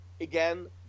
again